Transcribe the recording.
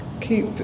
keep